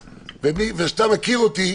ואתה מכיר אותי,